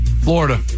Florida